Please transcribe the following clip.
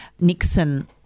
Nixon